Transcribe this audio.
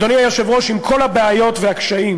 אדוני היושב-ראש, עם כל הבעיות והקשיים,